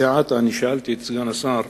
זה עתה שאלתי את סגן השר: